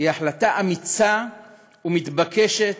היא החלטה אמיצה ומתבקשת,